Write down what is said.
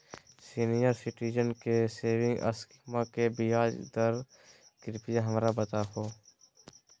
senior citizen के saving स्कीमवा के ब्याज दर कृपया हमरा बताहो